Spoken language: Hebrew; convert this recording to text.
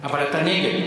אבל, אתה נגד.